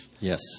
Yes